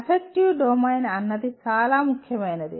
effective domain అన్నది చాలా ముఖ్యమైనది